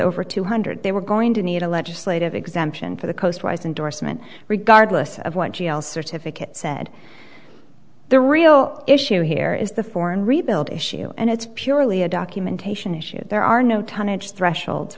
over two hundred they were going to need a legislative exemption for the coastwise endorsement regardless of what g l certificate said the real issue here is the foreign rebuild issue and it's purely a documentation issue there are no t